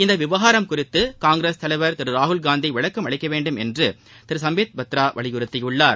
இந்த விவகாரம் குறித்து காங்கிரஸ் தலைவர் திரு ராகுல் காந்தி விளக்கம் அளிக்க வேண்டும் என்று திரு சும்பித் பத்ரா வலியுறுத்தியுள்ளார்